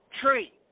Tree